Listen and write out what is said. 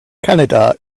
canada